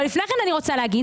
אבל לפני כן אני רוצה להגיד